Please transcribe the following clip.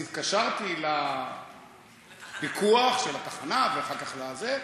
התקשרתי לפיקוח של התחנה, שאלתי: